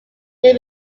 may